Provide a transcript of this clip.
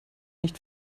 nicht